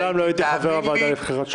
מעולם לא הייתי חבר בוועדה לבחירת שופטים.